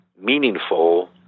meaningful